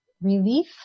relief